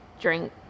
drink